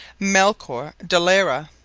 melchor de lara.